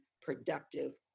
productive